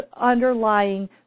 underlying